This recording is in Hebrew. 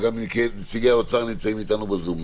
וגם נציגי האוצר נמצאים איתנו בזום,